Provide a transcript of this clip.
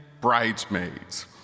bridesmaids